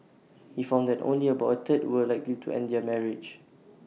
he found that only about A third were likely to end their marriage